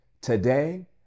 today